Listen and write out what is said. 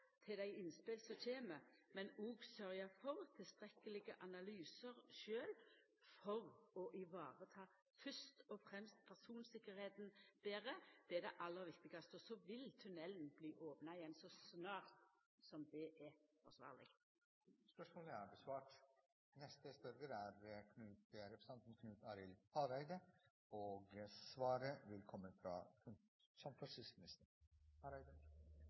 til dei innspela som kjem, og sørgjer for tilstrekkelege analysar sjølve for fyrst og fremst å ta betre vare på persontryggleiken. Det er det aller viktigaste. Så vil tunnelen bli opna igjen så snart som det er